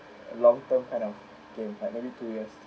a long term kind of game partnering two years